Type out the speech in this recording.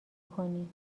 کنی